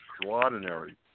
extraordinary